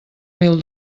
mil